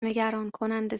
نگرانکننده